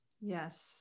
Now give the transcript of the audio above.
Yes